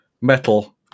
metal